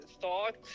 thought